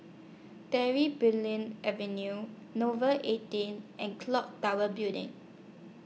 Davy Bulan Avenue Nouvel eighteen and Clock Tower Building